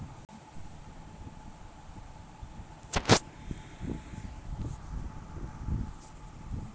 अमित गांजे की कटाई करके उसका अवैध बिक्री करता है